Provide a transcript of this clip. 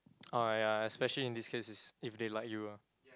orh ya especially in this case is if they like you ah